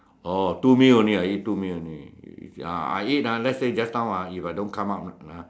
oh two meal only I eat two meal only ya I eat ah let's say if just now ah if I don't come out ah